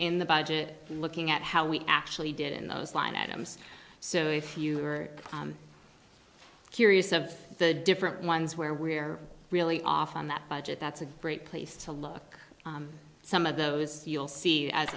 in the budget looking at how we actually did in those line items so if you are curious of the different ones where we're really off on that budget that's a great place to look some of those you'll see as